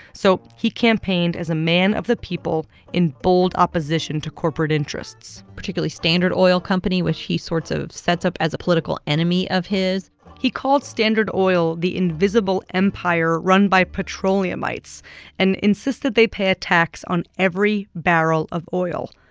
so he campaigned as a man of the people, in bold opposition to corporate interests particularly standard oil company, which he sorts of sets up as a political enemy of his he called standard oil the invisible empire run by petroleumites and insisted they pay a tax on every barrel of oil.